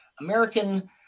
American